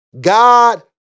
God